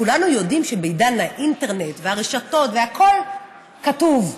וכולנו יודעים שבעידן האינטרנט והרשתות הכול כתוב,